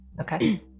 Okay